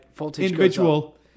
individual